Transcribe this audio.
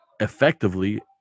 effectively